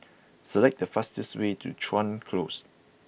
select the fastest way to Chuan Close